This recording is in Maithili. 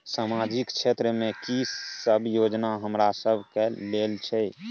सामाजिक क्षेत्र में की सब योजना हमरा सब के लेल छै?